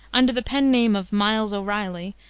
under the pen-name of miles o'reilly,